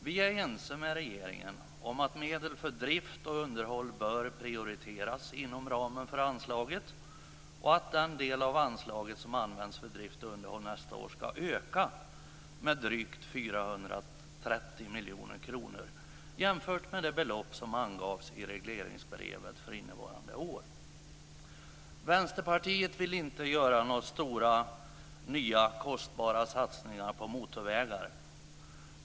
Vi är ense med regeringen om att medel för drift och underhåll bör prioriteras inom ramen för anslaget och att den del av anslaget som används för drift och underhåll nästa år ska öka med drygt 430 miljoner kronor jämfört med det belopp som angavs i regleringsbrevet för innevarande år. Vänsterpartiet vill inte göra några nya stora och kostbara satsningar på motorvägar.